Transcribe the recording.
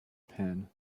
pin